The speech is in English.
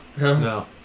No